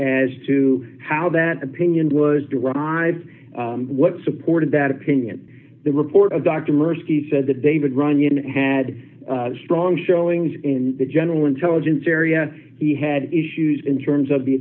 as to how that opinion was derived what supported that opinion the report of dr mirsky said the damon runyon had strong showings in the general intelligence area he had issues in terms of the